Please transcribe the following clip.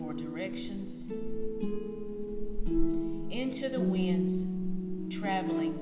for directions into the when traveling